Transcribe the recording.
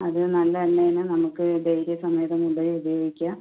അത് നല്ല എണ്ണ തന്നെ നമുക്ക് ധൈര്യസമേതം കൊണ്ടുപോയി ഉപയോഗിക്കാം